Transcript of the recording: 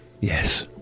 Yes